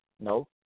no